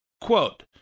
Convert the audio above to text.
quote